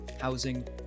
housing